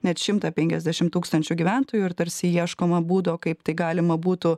net šimtą penkiasdešim tūkstančių gyventojų ir tarsi ieškoma būdo kaip tai galima būtų